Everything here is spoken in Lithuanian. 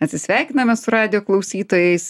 atsisveikiname su radijo klausytojais